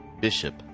Bishop